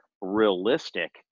realistic